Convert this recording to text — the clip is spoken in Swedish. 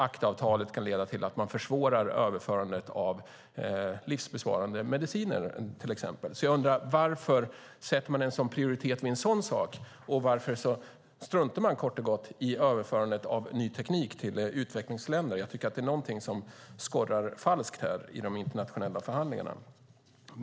ACTA-avtalet kan leda till att man försvårar överförandet av livsbesparande mediciner till exempel. Jag undrar varför man sätter en sådan prioritet på en sådan sak. Varför struntar man kort och gott i överförandet av ny teknik till utvecklingsländer? Jag tycker att det är någonting som skorrar falskt här i de internationella förhandlingarna.